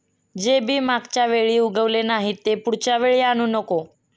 जे बी मागच्या वेळी उगवले नाही, ते पुढच्या वेळी आणू नको